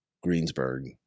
Greensburg